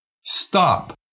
Stop